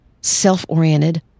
self-oriented